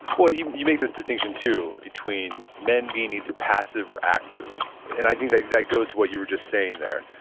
well, you you make this distinction too between men being either passive or active, and i think that that goes to what you were just saying there.